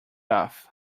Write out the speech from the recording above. off